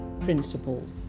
principles